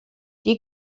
die